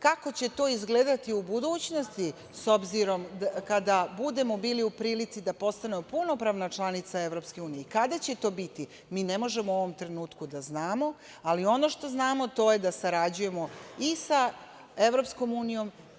Kako će to izgledati u budućnosti, s obzirom, kada budemo bili u prilici da postanemo punopravna članica EU, kada će to biti, mi ne možemo u ovom trenutku da znamo, ali ono što znamo to je da sarađujemo i sa EU